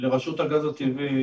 לרשות הגז הטבעי